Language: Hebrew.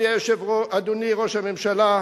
אדוני ראש הממשלה,